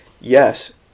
Yes